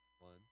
one